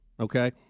Okay